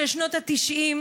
של שנות ה-90,